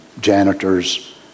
janitors